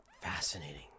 Fascinating